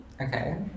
Okay